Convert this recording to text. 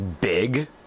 big